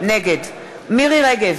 נגד מירי רגב,